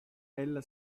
ella